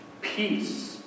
Peace